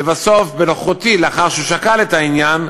לבסוף, בנוכחותי, לאחר ששקל את העניין,